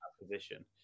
position